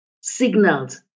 signaled